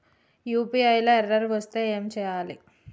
UPI లా error వస్తే ఏం చేయాలి?